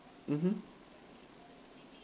mmhmm